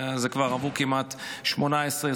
עברו כמעט 18,